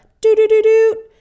do-do-do-do